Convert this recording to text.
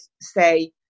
say